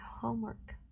homework